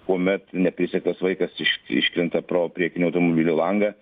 kuomet neprisegtas vaikas iš iškrenta pro priekinį automobilio langą